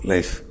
Life